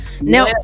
now